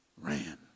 ran